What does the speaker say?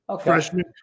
Freshman